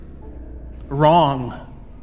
wrong